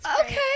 Okay